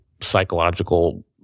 psychological